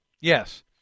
Yes